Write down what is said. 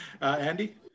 Andy